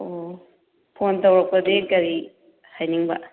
ꯑꯣ ꯐꯣꯟ ꯇꯧꯔꯛꯄꯒꯤ ꯀꯔꯤ ꯍꯥꯏꯅꯤꯡꯕ